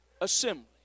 assembly